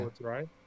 right